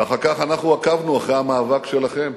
ואחר כך אנחנו עקבנו אחר המאבק שלכם,